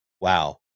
Wow